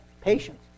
patience